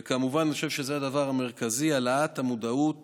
וכמובן, אני חושב שזה הדבר המרכזי: העלאת המודעות